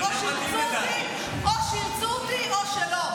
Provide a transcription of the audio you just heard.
או שירצו בי או שלא.